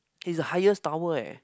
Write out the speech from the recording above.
it's a highest tower eh